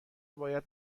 باید